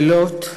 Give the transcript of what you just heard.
צוללות,